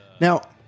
Now